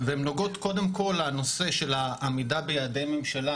והן נוגעות קודם כל לנושא של העמידה ביעדי ממשלה